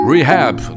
Rehab